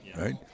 right